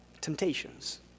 temptations